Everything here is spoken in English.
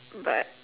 but